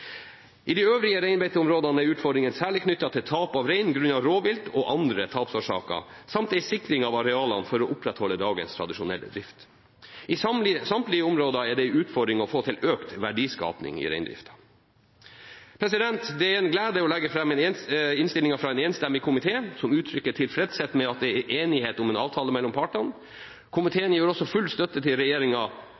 I de øvrige reinbeiteområdene er utfordringene særlig knyttet til tap av rein grunnet rovvilt og andre tapsårsaker, samt til en sikring av arealene for å opprettholde dagens tradisjonelle drift. I samtlige områder er det en utfordring å få til økt verdiskaping i reindriften. Det er en glede å legge fram innstillingen fra en enstemmig komité som uttrykker tilfredshet med at det er enighet om en avtale mellom partene.